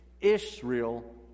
Israel